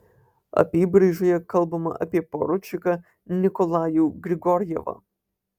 apybraižoje kalbama apie poručiką nikolajų grigorjevą